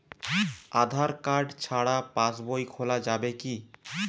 আধার card ছাড়া পাশবই খোলা যাবে কি?